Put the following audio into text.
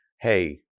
hey